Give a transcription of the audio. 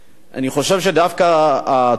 אני חושב שדווקא טורקיה,